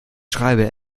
schreibe